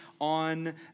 on